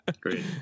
Great